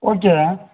ஓகேயா